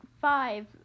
five